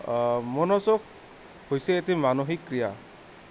মনোযোগ হৈছে এটি মানসিক ক্ৰীড়া